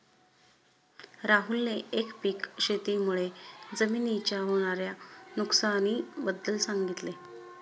राहुलने एकपीक शेती मुळे जमिनीच्या होणार्या नुकसानी बद्दल सांगितले